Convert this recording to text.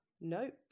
Nope